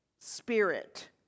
spirit